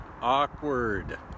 awkward